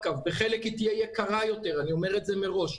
בחלק היא תהיה יקרה יותר ובחלק,